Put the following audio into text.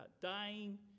dying